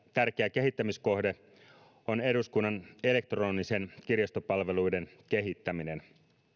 tärkeä kehittämiskohde on eduskunnan elektronisten kirjastopalveluiden kehittäminen